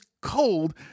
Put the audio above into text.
cold